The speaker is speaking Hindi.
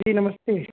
जी नमस्ते